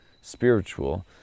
spiritual